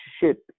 ship